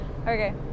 Okay